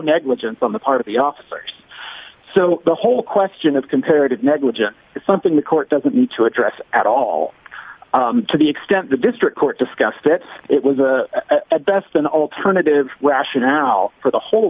negligence on the part of the officers so the whole question of comparative negligence is something the court doesn't need to address at all to the extent the district court discussed it it was at best an alternative rationale for the hol